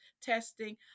testing